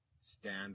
stand